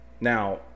Now